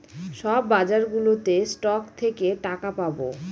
সব বাজারগুলোতে স্টক থেকে টাকা পাবো